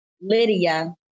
Lydia